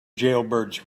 jailbirds